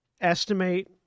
estimate